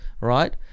right